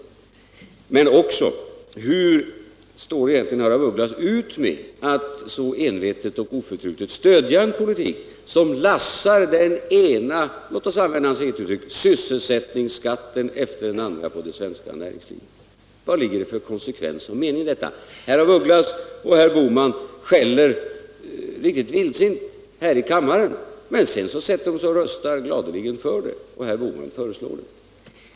Jag vill också fråga: Hur står herr af Ugglas ut med att så envetet och oförtrutet stödja en politik som lassar den ena — låt oss använda herr af Ugglas eget uttryck — sysselsättningsskatten efter den andra på det svenska näringslivet? Vad ligger det för konsekvens och mening i detta? Herr af Ugglas och herr Bohman skäller riktigt vildsint här i kammaren — men sedan sätter de sig och röstar gladeligen för höjningar, och herr Bohman föreslår dem.